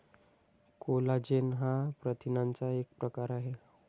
collagen हा प्रथिनांचा एक प्रकार आहे